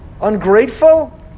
ungrateful